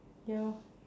ya